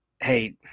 Hey